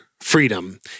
freedom